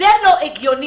זה לא הגיוני.